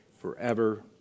forever